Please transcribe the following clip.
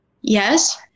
yes